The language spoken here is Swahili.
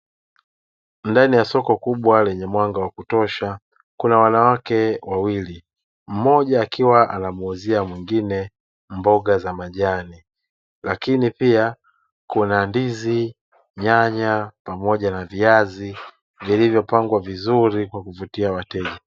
Ndani ya soko kubwa lenye mwanga wa kutosha kuna wanawake wawili, mmoja akiwa anamuuzia mwingine mboga za majani. Lakini pia kuna ndizi, nyanya pamoja na viazi vilivyo pangwa vizuri kwa kuvutia wateja.